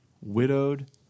widowed